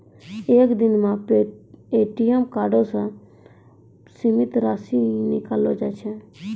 एक दिनो मे ए.टी.एम कार्डो से सीमित राशि ही निकाललो जाय सकै छै